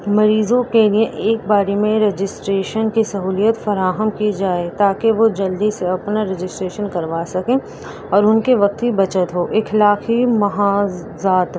مریضوں کے لیے ایک باری میں رجسٹریشن کی سہولیت فراہم کی جائے تاکہ وہ جلدی سے اپنا رجسٹریشن کروا سکیں اور ان کے وقت کی بچت ہو اخلاقی محاذ ذات